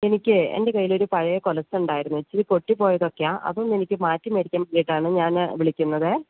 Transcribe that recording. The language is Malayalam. എനിക്ക് എൻ്റെ കയ്യിലൊരു പഴയ കൊലുസുണ്ടായിരുന്നു ഇച്ചിരി പൊട്ടി പോയതൊക്കെയാണ് അതൊന്ന് എനിക്ക് മാറ്റി മേടിക്കാൻ വേണ്ടിയിട്ടാണ് ഞാൻ വിളിക്കുന്നത്